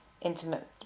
intimate